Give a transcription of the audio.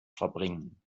verbringen